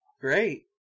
great